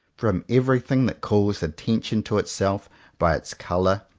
from everything that calls attention to itself by its colour,